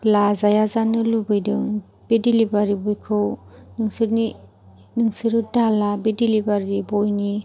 लाजाया जानो लुगैदों बे डेलिभारि बयखौ नोंसोरनि नोंसोरो दाला बे डेलिभारि बयनि